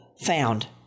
found